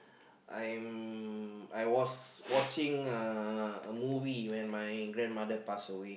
I'm I was watching uh a movie when my grandmother passed away